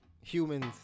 humans